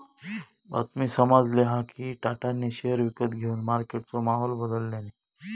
बातमी समाजली हा कि टाटानी शेयर विकत घेवन मार्केटचो माहोल बदलल्यांनी